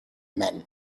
men